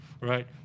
right